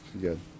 Good